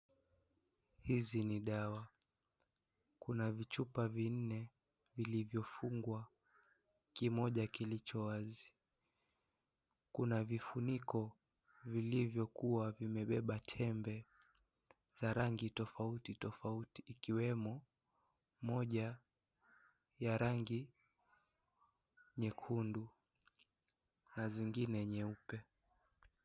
Hizi ni dawa. Kuna vichupa vinne vilivyofungwa. Kimoja kilicho wazi. Kuna vifuniko vilivyokuwa vimebeba tembe za rangi tofauti tofauti ikiwemo moja ya rangi, nyekundu na zingine nyeupe.